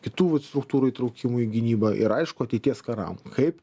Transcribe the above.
kitų vat struktūrų įtraukimui į gynybą ir aišku ateities karam kaip